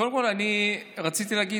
קודם כול, אני רציתי להגיד,